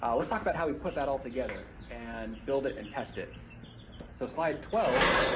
um let's talk about how we put that all together and build it and test. it so slide twelve,